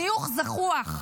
חיוך זחוח,